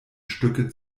stücke